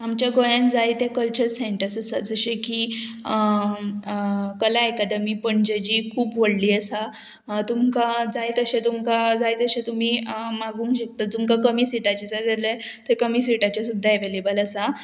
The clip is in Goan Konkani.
आमच्या गोंयान जायते कल्चर सेंटर्स आसात जशें की कला एकादमी पणजे जी खूब व्हडली आसा तुमकां जाय तशें तुमकां जाय तशें तुमी मागूंक शकता तुमकां कमी सिटाचें जाय जाल्यार थंय कमी सिटाचे सुद्दां एवेलेबल आसा